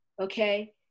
okay